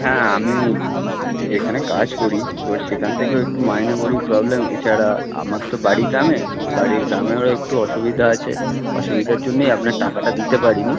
হ্যাঁ আমি যেখানে কাজ করি তো সেখান থেকেও একটু মাইনে কড়ির প্রবলেম এছাড়া আমার তো বাড়ি গ্রামে বাড়ি গ্রামেরও একটু অসুবিধা আছে অসুবিধার জন্যই আপনার টাকাটা দিতে পারিনি